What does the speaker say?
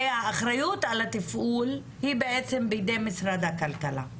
האחריות על התפעול היא בעצם בידי משרד הכלכלה.